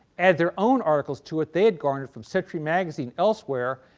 added their own articles to it they had garnered from century magazine elsewhere,